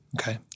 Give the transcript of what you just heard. Okay